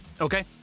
Okay